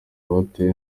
batewe